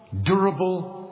durable